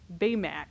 Baymax